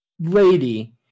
lady